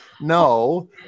no